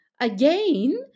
again